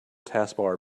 taskbar